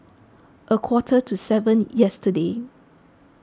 a quarter to seven yesterday